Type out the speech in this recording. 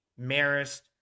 Marist